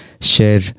share